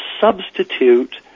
substitute